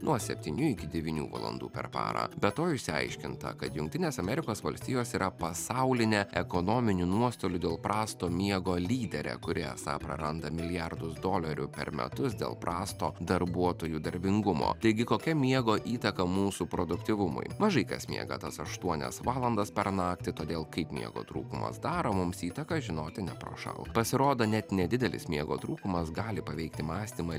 nuo septynių iki devynių valandų per parą be to išsiaiškinta kad jungtinės amerikos valstijos yra pasaulinė ekonominių nuostolių dėl prasto miego lyderė kuri esą praranda milijardus dolerių per metus dėl prasto darbuotojų darbingumo taigi kokia miego įtaka mūsų produktyvumui mažai kas miega tas aštuonias valandas per naktį todėl kaip miego trūkumas daro mums įtaką žinoti neprošal pasirodo net nedidelis miego trūkumas gali paveikti mąstymą